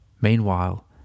Meanwhile